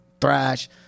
thrash